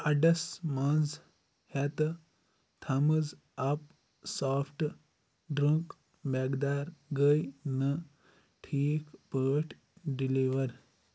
اَڈس منٛز ہیتہٕ تھمز اَپ سافٹ ڈرٛنٛک مٮ۪قدار گٔے نہٕ ٹھیٖک پٲٹھۍ ڈیلیور